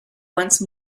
once